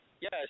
Yes